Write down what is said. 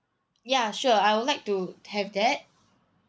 ya sure I would like to have that